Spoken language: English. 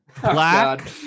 Black